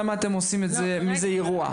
למה אתם עושים מזה אירוע.